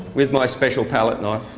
with my special palette knife.